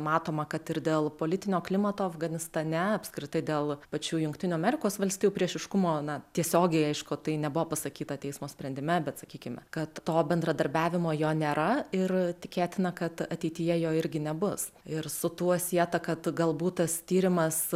matoma kad ir dėl politinio klimato afganistane apskritai dėl pačių jungtinių amerikos valstijų priešiškumo na tiesiogiai aišku tai nebuvo pasakyta teismo sprendime bet sakykime kad to bendradarbiavimo jo nėra ir tikėtina kad ateityje jo irgi nebus ir su tuo sietą kad galbūt tas tyrimas